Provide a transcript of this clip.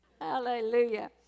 Hallelujah